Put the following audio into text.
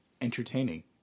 entertaining